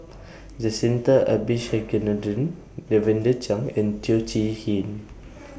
Jacintha Abisheganaden Lavender Chang and Teo Chee Hean